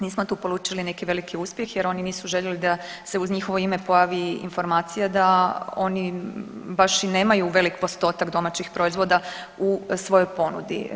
Nismo tu polučili neki veliki uspjeh, jer oni nisu željeli da se uz njihovo ime pojavi informacija da oni baš i nemaju veliki postotak domaćih proizvoda u svojoj ponudi.